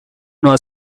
was